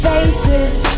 Faces